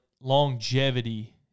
longevity